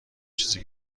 چیزی